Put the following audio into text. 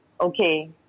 okay